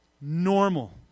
normal